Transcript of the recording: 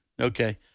Okay